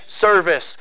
service